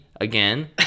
again